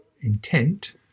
intent